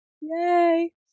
Yay